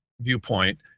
viewpoint